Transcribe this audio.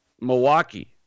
Milwaukee